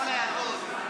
מה יש לך?